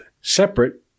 separate